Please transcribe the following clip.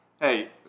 hey